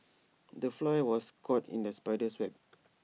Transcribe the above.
the fly was caught in the spider's web